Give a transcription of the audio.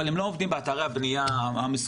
אבל הם לא עובדים באתרי הבנייה המסורתיים,